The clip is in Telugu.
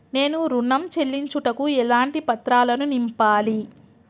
నేను ఋణం చెల్లించుటకు ఎలాంటి పత్రాలను నింపాలి?